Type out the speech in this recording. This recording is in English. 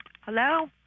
Hello